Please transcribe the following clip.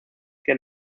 que